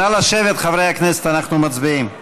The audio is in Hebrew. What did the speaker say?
נא לשבת, חברי הכנסת, אנחנו מצביעים.